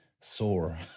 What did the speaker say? sore